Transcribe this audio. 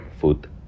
food